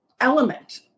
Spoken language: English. element